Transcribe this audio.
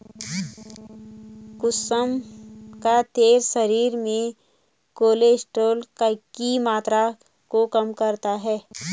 कुसुम का तेल शरीर में कोलेस्ट्रोल की मात्रा को कम करता है